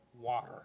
water